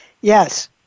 Yes